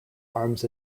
arms